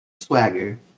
Swagger